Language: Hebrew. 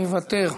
מוותר,